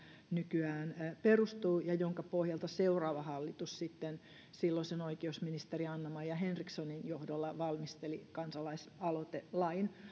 nykyään perustuu ja jonka pohjalta seuraava hallitus sitten silloisen oikeusministeri anna maja henrikssonin johdolla valmisteli kansalaisaloitelain